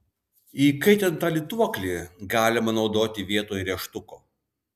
įkaitintą lituoklį galima naudoti vietoj rėžtuko